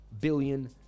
billion